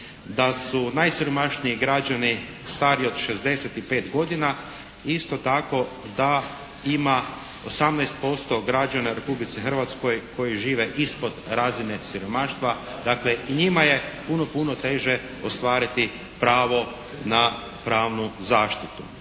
da su najsiromašniji građani stariji od 65 godina. Isto tako da ima 18% građana u Republici Hrvatskoj koji žive ispod razine siromaštva. Dakle i njima je puno, puno teže ostvariti pravo na pravnu zaštitu.